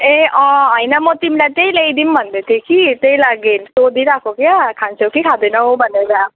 ए अँ होइन म तिमीलाई त्यही ल्याइदिउँ भन्दै थिएँ कि त्यहीलागि सोधिरहेको क्या खान्छौ कि खाँदैनौ भनेर